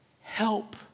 Help